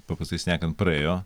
paprastai šnekant praėjo